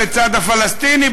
בצד הפלסטיני,